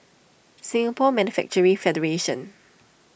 Singapore Manufacturing Federation